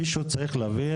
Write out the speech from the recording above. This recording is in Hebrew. מישהו צריך להבין,